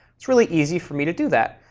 it's really easy for me to do that.